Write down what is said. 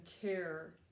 care